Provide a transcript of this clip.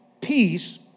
peace